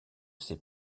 ses